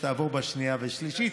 שתעבור בשנייה ובשלישית.